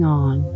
on